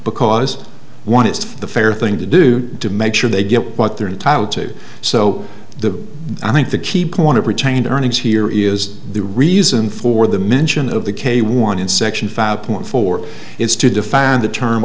because one is the fair thing to do to make sure they get what they're entitled to so the i think the key point to retained earnings here is the reason for the mention of the k one in section five point four is to define t